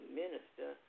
minister